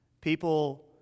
people